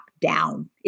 down